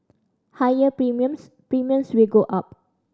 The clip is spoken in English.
higher premiums Premiums will go up